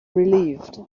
relieved